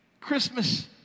Christmas